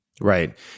Right